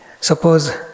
suppose